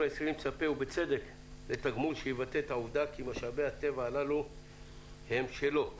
הישראלי מצפה ובצדק לתגמול שיבטא את העובדה שמשאבי הטבע הללו הם שלו,